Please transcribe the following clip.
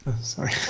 Sorry